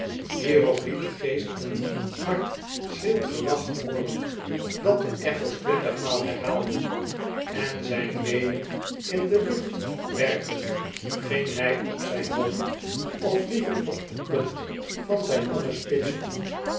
hierop liet de geest een hard schril gelach hooren dat de echo's twintigmaal herhaalden en zijn beenen in de lucht werpend ging hij op zijn hoofd of liever op de punt van zijn langen spitsen hoed